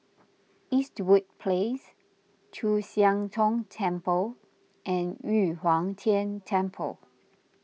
Eastwood Place Chu Siang Tong Temple and Yu Huang Tian Temple